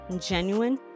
genuine